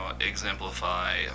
exemplify